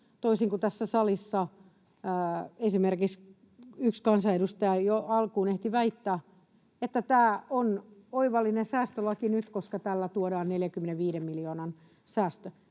toisin kuin tässä salissa esimerkiksi yksi kansanedustaja jo alkuun ehti väittää, että tämä on oivallinen säästölaki nyt, koska tällä tuodaan 45 miljoonan säästö.